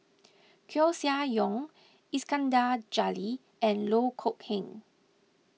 Koeh Sia Yong Iskandar Jalil and Loh Kok Heng